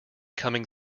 coming